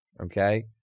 okay